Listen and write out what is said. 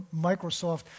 Microsoft